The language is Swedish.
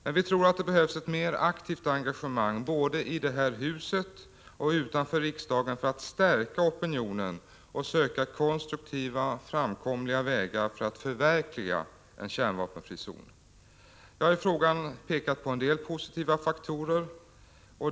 Men vi tror att det behövs ett mer aktivt engagemang, både i det här huset och utanför riksdagen, för att stärka opinionen och för att söka konstruktiva, framkomliga vägar för att förverkliga en kärnvapenfri zon. Jag har i frågan pekat på en del positiva faktorer.